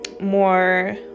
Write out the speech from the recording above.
more